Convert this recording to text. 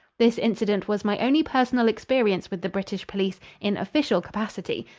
this incident was my only personal experience with the british police in official capacity,